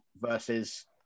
versus